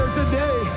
today